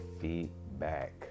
feedback